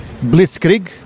blitzkrieg